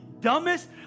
dumbest